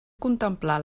contemplar